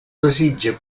desitja